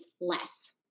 less